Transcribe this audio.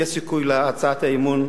יש סיכוי להצעת האי-אמון.